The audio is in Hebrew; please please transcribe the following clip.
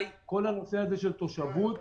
כל הנושא של תושבות